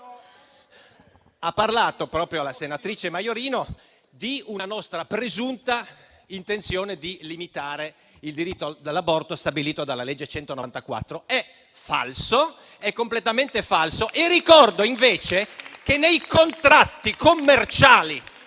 *(FdI)*. Proprio la senatrice Maiorino ha parlato di una nostra presunta intenzione di limitare il diritto all'aborto stabilito dalla legge n. 194. È falso, è completamente falso! Ricordo, invece, che nei contratti commerciali